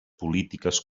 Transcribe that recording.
polítiques